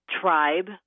tribe